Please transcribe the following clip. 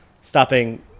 stopping